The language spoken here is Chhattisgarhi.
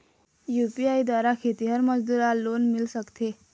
यू.पी.आई द्वारा खेतीहर मजदूर ला लोन मिल सकथे?